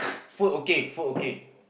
food okay food okay